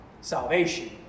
salvation